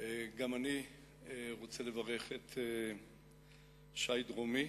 גם אני רוצה לברך את שי דרומי,